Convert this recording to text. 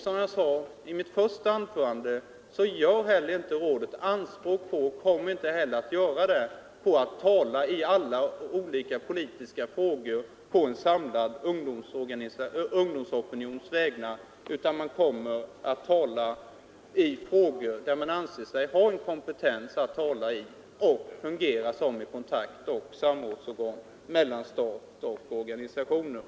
Som jag sade i mitt första anförande så gör inte heller rådet anspråk på — och kommer inte heller att göra det — att tala i alla olika politiska frågor på en samlad ungdomsopinions vägnar, utan man kommer att tala i frågor där man anser sig ha kompetens att göra det. Man kommer vidare att fungera som ett kontaktoch samrådsorgan mellan staten och organisationerna.